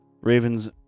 Ravens